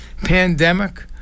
pandemic